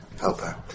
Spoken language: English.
helper